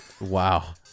Wow